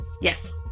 Yes